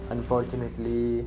Unfortunately